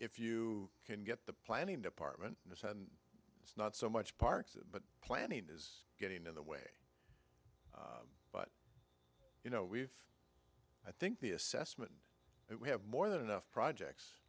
if you can get the planning department and it's not so much parks but planning is getting in the way but you know we've i think the assessment that we have more than enough projects